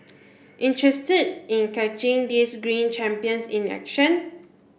interested in catching these green champions in action